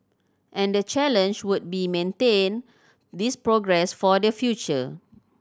and the challenge would be maintain this progress for the future